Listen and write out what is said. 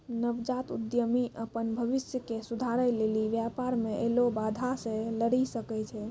नवजात उद्यमि अपन भविष्य के सुधारै लेली व्यापार मे ऐलो बाधा से लरी सकै छै